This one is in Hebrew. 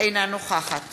אינה נוכחת